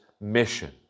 mission